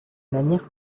manière